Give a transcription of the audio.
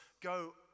go